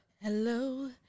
hello